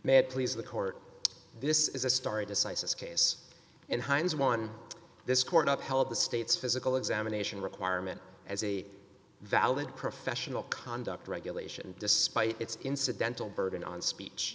it please the court this is a story decisis case in hines one this court upheld the state's physical examination requirement as a valid professional conduct regulation despite its incidental burden on speech